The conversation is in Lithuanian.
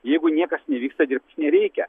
jeigu niekas nevyksta dirbti nereikia